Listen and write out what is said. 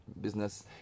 business